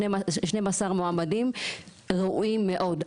12 מועמדים ראויים מאוד.